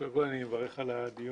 קודם כל אני מברך על הדיון.